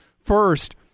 First